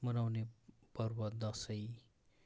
मनाउने पर्व दसैँ